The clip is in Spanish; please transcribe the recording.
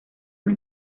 una